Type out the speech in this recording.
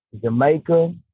Jamaica